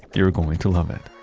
you're going to love it.